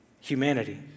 Humanity